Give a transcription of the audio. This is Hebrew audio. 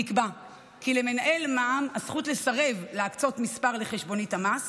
נקבע כי למנהל מע"מ יש זכות לסרב להקצות מספר לחשבונית המס